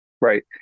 Right